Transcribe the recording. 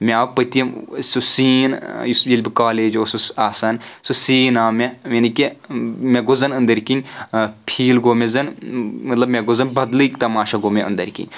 مےٚ آو پٔتمِ سُہ سیٖن یُس ییٚلہِ بہٕ کالیج اوسُس آسان سُہ سیٖن آو مےٚ یعنے کہِ مےٚ گوٚو زَن أندٕرۍ کِنۍ فیٖل گوٚو مےٚ زَن مطلب مےٚ گوٚو زَن بدلٕے تماشہ گوٚو مےٚ أندٕرۍ کِنۍ